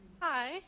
Hi